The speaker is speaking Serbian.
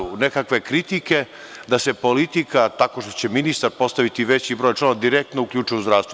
U pravcu nekakve kritike da se politika, tako što će ministar postaviti veći broj članova, direktno uključi u zdravstvo.